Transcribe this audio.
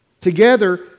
Together